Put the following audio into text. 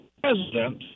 president